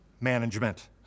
management